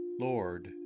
Lord